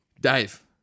Dave